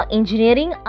Engineering